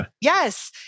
Yes